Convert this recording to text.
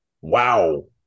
Wow